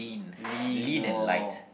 lean !wow!